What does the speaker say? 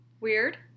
Weird